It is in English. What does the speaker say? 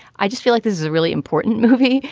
i just feel like this is a really important movie.